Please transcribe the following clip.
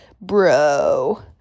bro